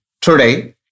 Today